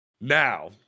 Now